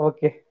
Okay